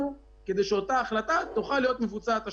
כדי שאותה החלטה תוכל להיות מבוצעת השנה,